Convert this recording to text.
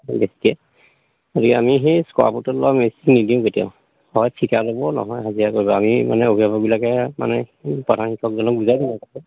বেছিকৈ গতিকে আমি সেই স্কুৱাৰ ফুটত লোৱা মিস্ত্ৰীক নিদিওঁ কেতিয়াও হয় ঠিকা ল'ব নহয় হাজিৰা কৰিব আমি মানে অভিভাৱকবিলাকে মানে প্ৰধান শিক্ষকজনক বুজাই দিম